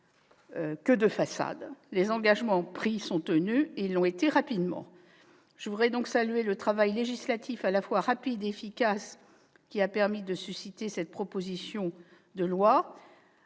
que de façade : les engagements pris ont été tenus, et l'ont été rapidement. Je salue le travail législatif à la fois rapide et efficace qui a permis de susciter cette proposition de loi,